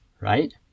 right